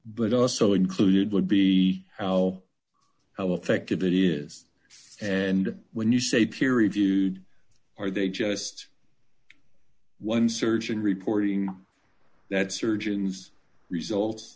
but also included would be how how effective it is and when you say peer reviewed are they just one surgeon reporting that surgeons results